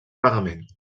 pagament